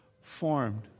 Formed